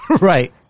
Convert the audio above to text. Right